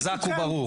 חזק וברוך.